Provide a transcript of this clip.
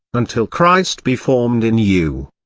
until christ be formed in you.